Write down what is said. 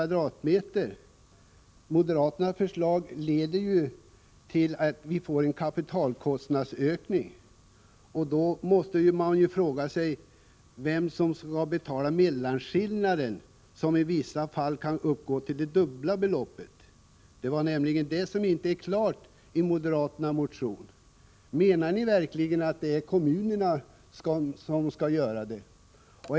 leder moderaternas förslag leder till att vi får en kapitalkostnadsökning. Då måste man fråga sig vem som skall betala mellanskillnaden, som i vissa fall kan uppgå till dubbla beloppet. Det är detta som inte klart framgår i moderaternas motion. Menar ni verkligen att det är kommunerna som skall göra det?